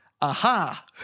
aha